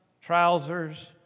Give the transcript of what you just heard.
trousers